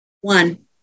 one